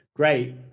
Great